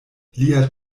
lia